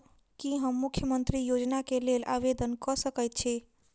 की हम मुख्यमंत्री योजना केँ लेल आवेदन कऽ सकैत छी?